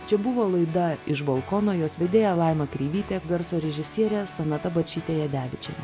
čia buvo laida iš balkono jos vedėja laima kreivytė garso režisierė sonata bačytė jadevičienė